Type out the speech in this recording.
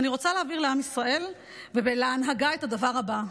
ואני רוצה להבהיר לעם ישראל ולהנהגה את הדבר הבא: